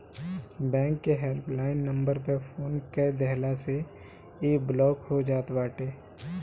bank के helpline number पअ phone कअ देहला से इ ब्लाक हो जात बाटे